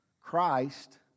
Christ